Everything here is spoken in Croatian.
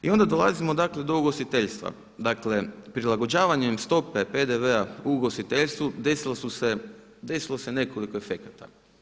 I onda dolazimo dakle do ugostiteljstva, dakle prilagođavanjem stope PDV-a u ugostiteljstvu desilo se nekoliko efekata.